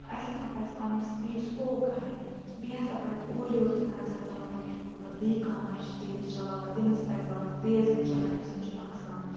اَسہِ ہَسا پَزِ پَنٕنۍ سپیٖڈ سلو کَرٕنۍ بیٚیہِ ہَسا پَزِ اورٕ یورٕ تہِ نَظر تھاوٕنۍ مطلب بیٚیہِ کانٛہہ مَہ چھِ تیز چَلاوان تمِس پَزِ وَنُن تیز مہٕ چَلاوان امہِ سۭتۍ چھُ نۄقصان